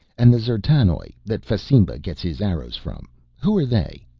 and the d'zertanoj that fasimba gets his arrows from who are they?